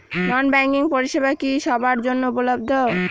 নন banking পরিষেবা কি সবার জন্য উপলব্ধ?